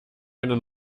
eine